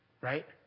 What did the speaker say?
right